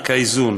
מענק האיזון.